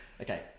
Okay